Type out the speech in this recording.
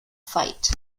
fight